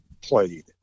played